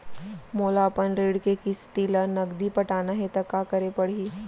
मोला अपन ऋण के किसती ला नगदी पटाना हे ता का करे पड़ही?